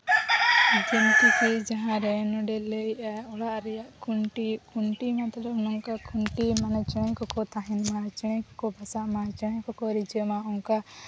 ᱡᱮᱢᱛᱤ ᱠᱤ ᱡᱟᱦᱟᱸ ᱨᱮ ᱱᱚᱸᱰᱮ ᱞᱟᱹᱭᱮᱫᱟᱭ ᱚᱲᱟᱜ ᱨᱮᱭᱟᱜ ᱠᱷᱩᱱᱴᱤ ᱠᱷᱩᱱᱴᱤ ᱢᱩᱫᱽᱨᱮ ᱚᱱᱠᱟ ᱠᱷᱩᱱᱴᱤ ᱢᱟᱱᱮ ᱡᱟᱦᱟᱸᱭ ᱠᱚᱠᱚ ᱛᱟᱦᱮᱱ ᱢᱟ ᱪᱮᱬᱮ ᱠᱚᱠᱚ ᱵᱟᱥᱟᱜᱼᱢᱟ ᱪᱮᱬᱮ ᱠᱚᱠᱚ ᱨᱤᱡᱷᱟᱹᱜ ᱢᱟ ᱚᱱᱠᱟ